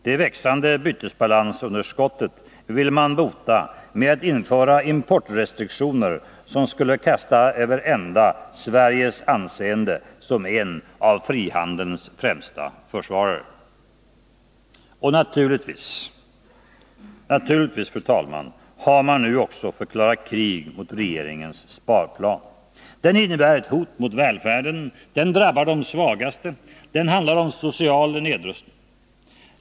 Det växande bytesbalansunderskottet vill man bota med att införa importrestriktioner som skulle kasta över ända Sveriges anseende som en av frihandelns främsta försvarare. Och naturligtvis, fru talman, har man nu också förklarat krig mot regeringens sparplan. Den innebär ett hot mot välfärden. Den drabbar de svagaste. Den handlar om social nedrustning.